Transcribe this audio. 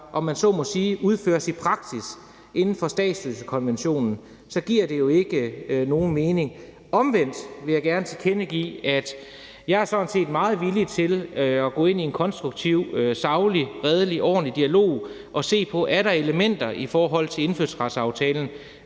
om man så må sige, udføres i praksis inden for statsløsekonventionen, giver det jo ikke nogen mening. Omvendt vil jeg gerne tilkendegive, at jeg sådan set er meget villig til at gå ind i en konstruktiv, saglig, redelig, ordentlig dialog og se på, om der er elementer i forhold til indfødsretsaftalen,